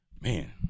Man